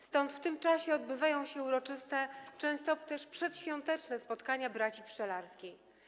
Stąd w tym czasie odbywają się uroczyste, często też przedświąteczne, spotkania braci pszczelarskiej.